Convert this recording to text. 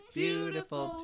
beautiful